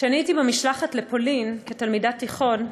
כשהייתי במשלחת לפולין כתלמידת תיכון,